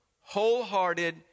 wholehearted